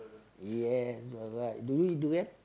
ya alright do you eat durian